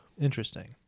Interesting